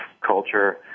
Culture